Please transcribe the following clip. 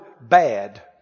bad